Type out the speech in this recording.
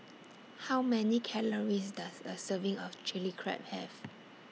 How Many Calories Does A Serving of Chili Crab Have